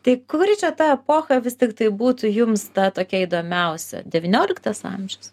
tai kuri čia ta epocha vis tiktai būtų jums ta tokia įdomiausia devynioliktas amžius